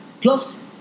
plus